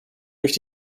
durch